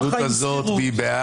נצביע על הסתייגות 194. מי בעד?